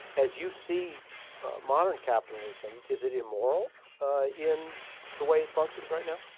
as you see modern capitalism, is it immoral in the way it functions right now?